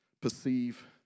perceive